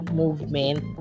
movement